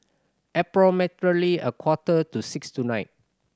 approximately a quarter to six tonight